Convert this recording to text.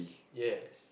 yes